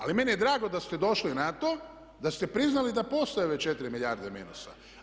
Ali meni je drago da ste došli na to, da ste priznali da postoje ove 4 milijarde minusa.